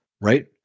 right